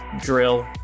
drill